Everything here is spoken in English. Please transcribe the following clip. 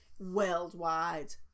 Worldwide